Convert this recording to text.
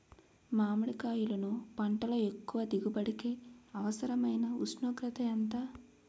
మామిడికాయలును పంటలో ఎక్కువ దిగుబడికి అవసరమైన ఉష్ణోగ్రత ఎంత?